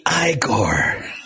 Igor